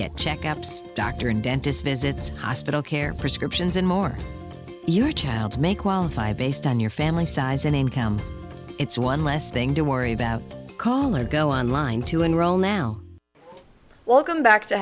get checkups doctor and dentist visits hospital care prescriptions and more your child's may qualify based on your family size and income it's one less thing to worry about call or go online to enroll now welcome back to